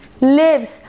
lives